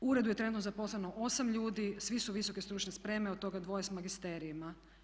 U uredu je trenutno zaposleno 8 ljudi, svi su visoke stručne spreme od toga dvoje sa magisterijima.